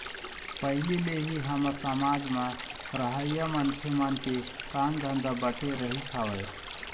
पहिली ले ही हमर समाज म रहइया मनखे मन के काम धंधा बटे रहिस हवय